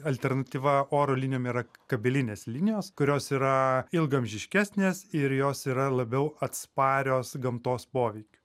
alternatyva oro linijom yra kabelinės linijos kurios yra ilgaamžiškesnės ir jos yra labiau atsparios gamtos poveikiui